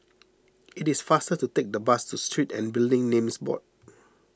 it is faster to take the bus to Street and Building Names Board